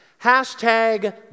Hashtag